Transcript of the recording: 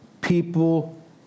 People